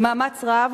במאמץ רב,